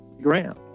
Graham